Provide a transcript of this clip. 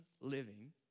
living